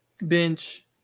bench